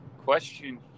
question